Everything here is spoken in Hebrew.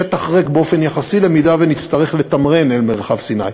שטח ריק באופן יחסי אם נצטרך לתמרן אל מרחב סיני.